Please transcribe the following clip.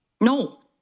No